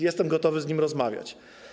Jestem gotowy z nim rozmawiać.